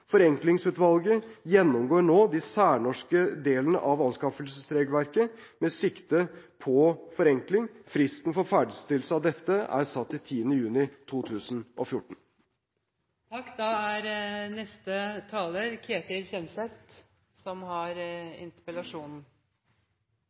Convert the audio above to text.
Forenklingsutvalget gjennomgår nå den særnorske delen av anskaffelsesregelverket med sikte på forenkling. Fristen for ferdigstillelse av dette er satt til 10. juni 2014. Jeg takker statsråden for et grundig svar, som